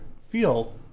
feel